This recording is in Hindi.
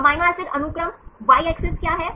एमिनो एसिड अनुक्रम वाई अक्ष क्या है